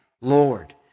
Lord